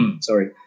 Sorry